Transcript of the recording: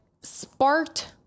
sparked